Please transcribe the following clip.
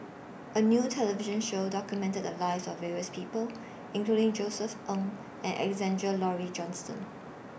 A New television Show documented The Lives of various People including Josef Ng and Alexander Laurie Johnston